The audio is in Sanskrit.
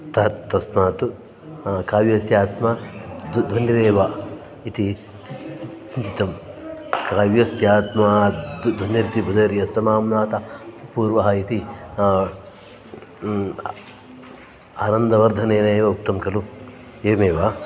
त तस्मात् काव्यस्य आत्मा दु ध्वनिरेव इति चिन्तितं काव्यस्यात्मा तु ध्वनिरिति बुधैः यस्समाम्नातः पूर्वः इति आनन्दवर्धनेनैव उक्तं खलु एवमेव